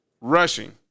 Rushing